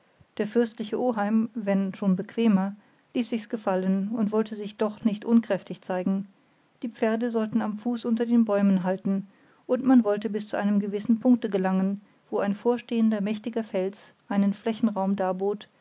der fürstliche oheim wenn schon bequemer ließ sichs gefallen und wollte sich doch auch nicht unkräftig zeigen die pferde sollten am fuß unter den bäumen halten und man wollte bis zu einem gewissen punkte gelangen wo ein vorstehender mächtiger fels einen flächenraum